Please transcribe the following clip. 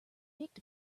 picked